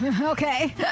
Okay